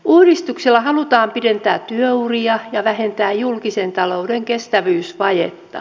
uudistuksella halutaan pidentää työuria ja vähentää julkisen talouden kestävyysvajetta